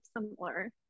similar